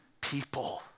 people